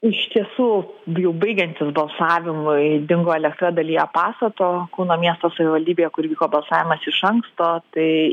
iš tiesų jau baigiantis balsavimui dingo elektra dalyje pastato kauno miesto savivaldybėje kur vyko balsavimas iš anksto tai